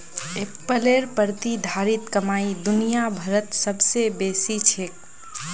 एप्पलेर प्रतिधारित कमाई दुनिया भरत सबस बेसी छेक